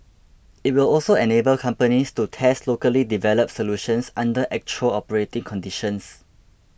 it will also enable companies to test locally developed solutions under actual operating conditions